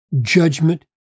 judgment